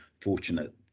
fortunate